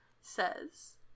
says